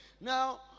now